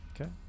Okay